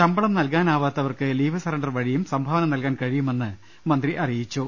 ശമ്പളം നൽകാനാവാത്തവർക്ക് leave surrender വഴിയും സംഭാവന നൽകാൻ കഴിയുമെന്ന് മന്ത്രി അറിയിച്ചു